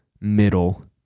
middle